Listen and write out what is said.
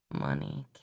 Money